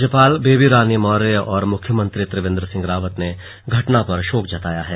राज्यपाल बेबी रानी मौर्य और मुख्यमंत्री त्रिवेन्द्र सिंह रावत ने घटना पर शोक जताया है